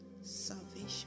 salvation